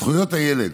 זכויות הילד,